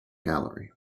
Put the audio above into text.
gallery